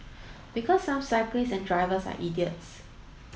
because some cyclists and drivers are idiots